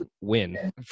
win